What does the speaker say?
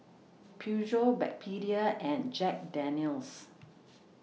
Peugeot Backpedic and Jack Daniel's